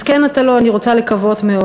מסכן אתה לא, אני רוצה לקוות מאוד.